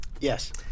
Yes